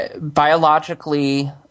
biologically